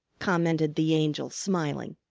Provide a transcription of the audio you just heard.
commented the angel smiling.